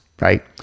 right